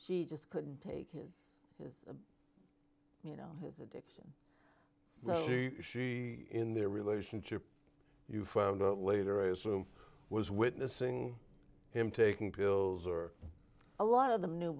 she just couldn't take his you know his addiction so she in their relationship you found out later i assume was witnessing him taking pills or a lot of them knew